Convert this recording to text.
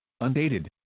undated